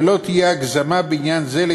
ולא תהיה הגזמה בעניין זה.